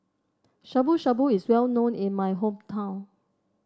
Shabu Shabu is well known in my hometown